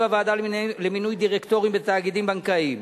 הוועדה למינוי דירקטורים בתאגידים בנקאיים.